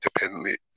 independently